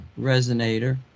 resonator